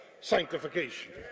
sanctification